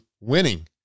winning